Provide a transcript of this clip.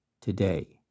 Today